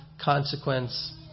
consequence